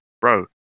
bro